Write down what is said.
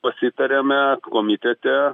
pasitariame komitete